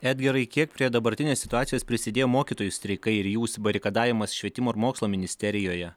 edgarai kiek prie dabartinės situacijos prisidėjo mokytojų streikai ir jų užsibarikadavimas švietimo ir mokslo ministerijoje